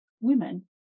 women